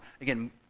again